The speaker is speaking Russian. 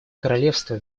королевства